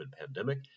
pandemic